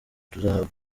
tuzahabwa